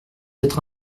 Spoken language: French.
être